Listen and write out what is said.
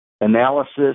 analysis